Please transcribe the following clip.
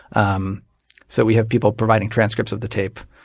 um so we have people providing transcripts of the tape.